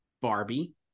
Barbie